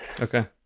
Okay